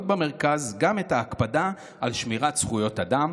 במרכז גם את ההקפדה על שמירת זכויות אדם